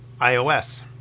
iOS